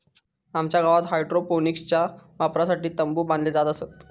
आमच्या गावात हायड्रोपोनिक्सच्या वापरासाठी तंबु बांधले जात असत